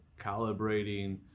calibrating